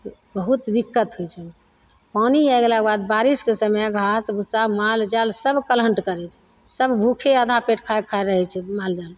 बहुत दिक्कत होइ छै पानि आइ गेलाक बाद बारिशके समय घास भूसा माल जाल सब कलहन्त करय छै सब भूखे आधा पेट खाइ खाइ रहय छै माल जाल